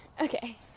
Okay